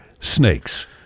snakes